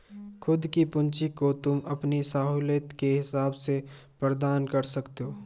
खुद की पूंजी को तुम अपनी सहूलियत के हिसाब से प्रदान कर सकते हो